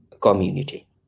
community